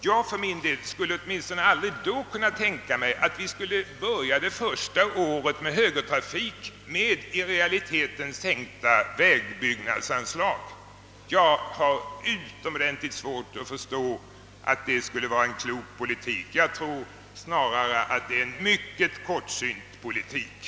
Jag för min del skulle åtminstone då aldrig kunnat tänka mig, att vi skulle börja det första året med högertrafik med i realiteten sänkta vägbyggnadsanslag. Jag har utomordentligt svårt att förstå att det skulle vara en klok politik. Jag tror att det snarare är en mycket kortsynt politik.